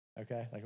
okay